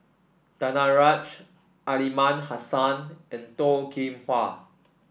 Danaraj Aliman Hassan and Toh Kim Hwa